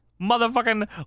Motherfucking